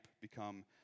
become